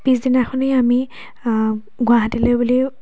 পিছদিনাখনেই আমি গুৱাহাটীলৈ বুলি